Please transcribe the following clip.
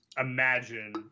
imagine